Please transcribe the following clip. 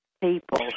people